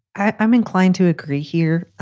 i'm inclined to agree here.